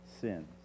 sins